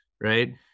right